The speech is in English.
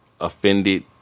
offended